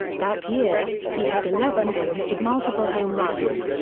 that year, he had eleven games with multiple home runs,